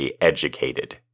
educated